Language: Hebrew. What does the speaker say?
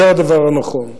זה הדבר הנכון.